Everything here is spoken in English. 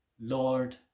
Lord